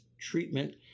treatment